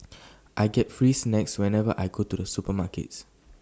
I get free snacks whenever I go to the supermarket